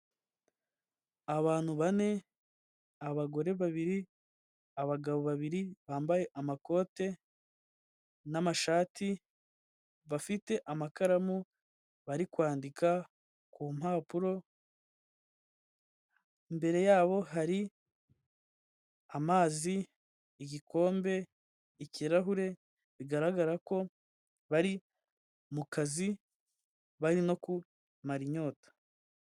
Abantu bane, abagore babiri, abagabo babiri bambaye amakote n'amashati, bafite amakaramu, bari kwandika ku mpapuro, imbere yabo hari amazi, igikombe, ikirahure bigaragara ko bari mu kazi, bari no ku mara inyota.